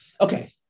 Okay